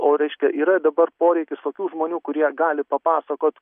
o reiškia yra dabar poreikis tokių žmonių kurie gali papasakot